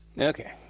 Okay